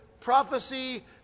prophecy